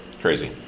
crazy